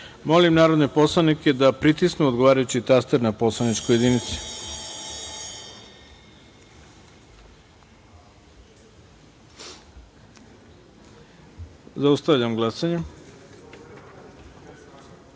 narodne poslanike da pritisnu odgovarajući taster na poslaničkoj jedinici. Zaustavljam glasanje: